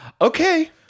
okay